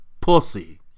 Pussy